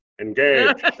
engage